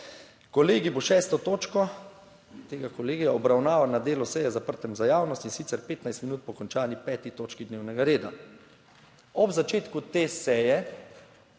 kolegij bo 6. točko tega kolegija obravnaval na delu seje, zaprtem za javnost, in sicer 15 minut po končani 5. točki dnevnega reda. Ob začetku te seje